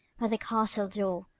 by the castle door.